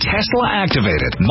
Tesla-activated